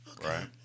right